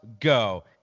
go